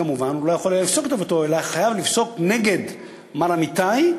כמובן הוא לא יכול היה לפסוק לטובתו אלא חייב לפסוק נגד מר אמיתי,